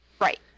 Right